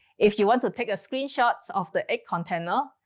if you want to take a screenshot of the egg container,